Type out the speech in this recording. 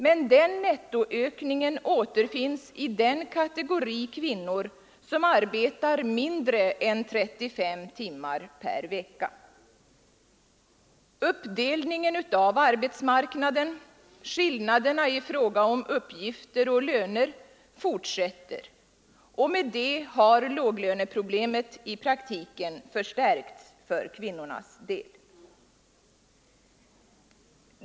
Men den nettoökningen återfinns i den kategori kvinnor som arbetar mindre än 35 timmar per vecka. Uppdelningen av arbetsmarknaden, skillnaderna i fråga om uppgifter och löner, fortsätter och med det har låglöneproblemet i praktiken förstärkts för kvinnornas del.